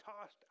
tossed